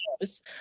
shows